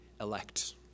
Elect